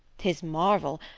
tis marvel,